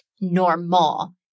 normal